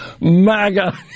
MAGA